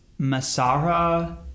Masara